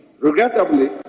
regrettably